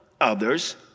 others